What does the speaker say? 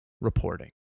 reporting